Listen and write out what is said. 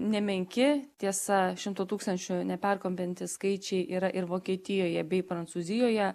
nemenki tiesa šimto tūkstančių neperkompiantys skaičiai yra ir vokietijoje bei prancūzijoje